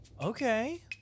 Okay